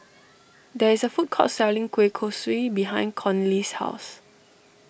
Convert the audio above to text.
there is a food court selling Kueh Kosui behind Conley's house